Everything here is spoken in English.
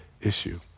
issue